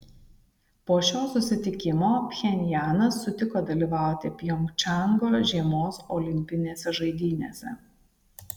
po šio susitikimo pchenjanas sutiko dalyvauti pjongčango žiemos olimpinėse žaidynėse